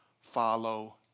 follow